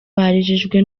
barijijwe